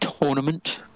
tournament